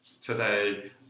today